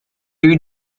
you